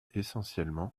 essentiellement